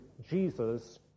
Jesus